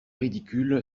ridicule